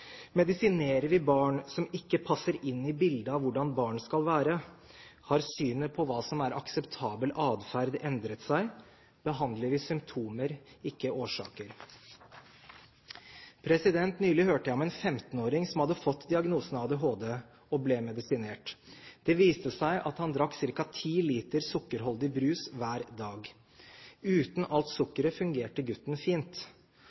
Medisinerer vi barn som ikke passer inn i bildet av hvordan barn skal være? Har synet på hva som er akseptabel atferd, endret seg? Behandler vi symptomer – ikke årsaker? Nylig hørte jeg om en 15-åring som hadde fått diagnosen ADHD, og ble medisinert. Det viste seg at han drakk ca. ti liter sukkerholdig brus hver dag. Uten alt sukkeret fungerte gutten fint.